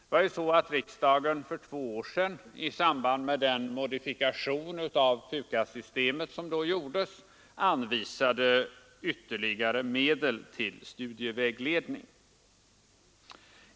Riksdagen anvisade för två år sedan ytterligare medel till studievägledningen i samband med den modifikation av PUKAS-systemet som då gjordes.